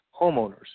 homeowners